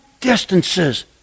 distances